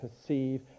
perceive